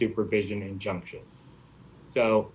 supervision injunction so